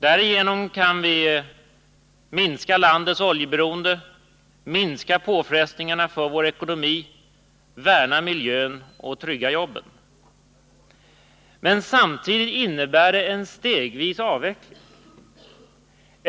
Därigenom kan vi minska landets oljeberoende, minska påfrestningarna på vår ekonomi, värna miljön och trygga jobben. Men samtidigt innebär det en stegvis avveckling.